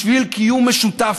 בשביל קיום משותף,